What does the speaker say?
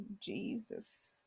Jesus